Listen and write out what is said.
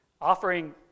offering